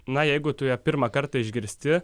na jeigu tu ją pirmą kartą išgirsti